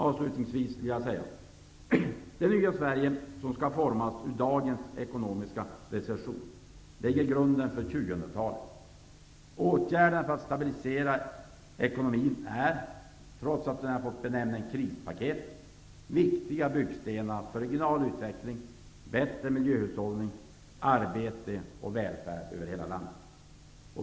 Avslutningsvis vill jag säga att det nya Sverige som skall formas ur dagens ekonomiska recession lägger grunden för 2000-talet. Åtgärderna för att stabilisera ekonomin är, trots att de fått benämningen krispaket, viktiga byggstenar för regional utveckling, bättre miljöhushållning, arbete och välfärd över hela landet.